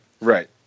right